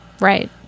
Right